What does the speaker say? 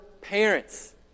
parents